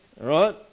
right